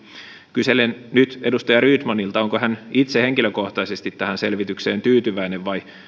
kyselen nyt edustaja rydmanilta onko hän itse henkilökohtaisesti tähän selvitykseen tyytyväinen vai